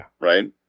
Right